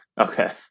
okay